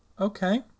Okay